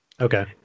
Okay